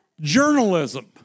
journalism